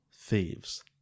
Thieves